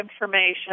information